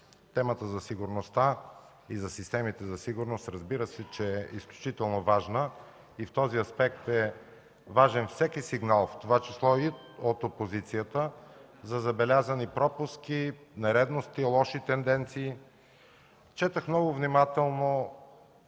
Темата за сигурността и за системите за сигурност, разбира се, че е изключително важна. В този аспект е важен всеки сигнал, в това число и от опозицията, за забелязани пропуски, нередности и лоши тенденции. Четох много внимателно